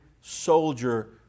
soldier